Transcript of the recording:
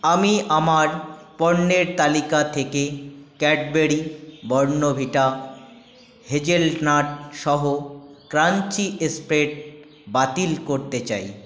আমি আমার পণ্যের তালিকা থেকে ক্যাডবেরি বর্ণভিটা হেজেলনাট সহ ক্রাঞ্চি স্প্রেড বাতিল করতে চাই